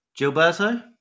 Gilberto